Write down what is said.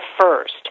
first